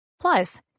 Plus